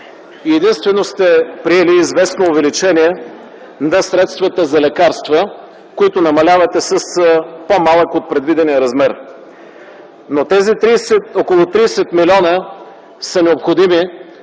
Единствено сте приели известно увеличение на средствата за лекарства, които намалявате с по-малък от предвидения размер. Тези около 30 млн. лв. са необходими,